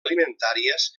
alimentàries